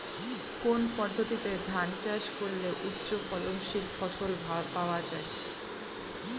কোন পদ্ধতিতে ধান চাষ করলে উচ্চফলনশীল ফসল পাওয়া সম্ভব?